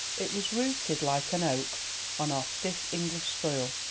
it was rooted like an oak on our stiff english soil,